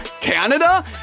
Canada